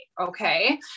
Okay